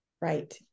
Right